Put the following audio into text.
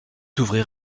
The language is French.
ouvrir